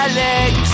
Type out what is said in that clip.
Alex